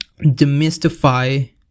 demystify